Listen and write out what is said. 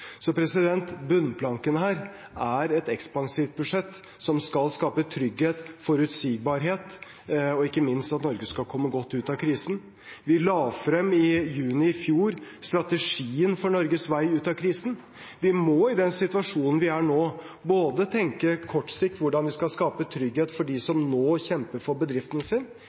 Så bunnplanken her er et ekspansivt budsjett som skal skape trygghet og forutsigbarhet, og ikke minst gjøre at Norge skal komme godt ut av krisen. Vi la i juni i fjor frem strategien for Norges vei ut av krisen. Vi må i den situasjonen vi er i nå, tenke på kort sikt hvordan vi skal skape trygghet for dem som nå kjemper for bedriften sin,